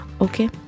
Okay